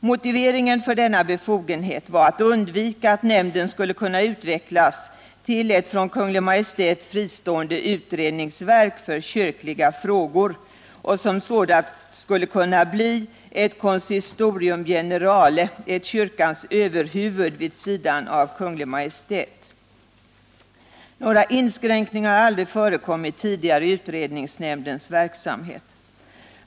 Motiveringen för denna befogenhet var att man ville undvika att nämnden skulle kunna utvecklas till ett från Kungl. Maj:t fristående utredningsverk för kyrkliga frågor och som sådant skulle kunna bli ett ”consistorium generale”, ett kyrkans överhuvud vid sidan av Kungl. Maj:t. Några inskränkningar har aldrig förekommit tidigare i utredningsnämndens verksamhet.